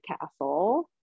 castle